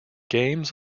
games